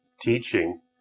teaching